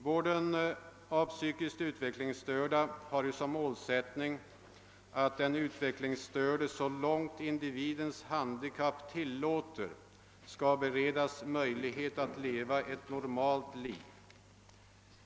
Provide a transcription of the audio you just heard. Vården av psykiskt utvecklingsstörda har ju som målsättning att den utvecklingsstörde så långt individens handikapp tillåter skall beredas möjlighet att leva ett normalt liv.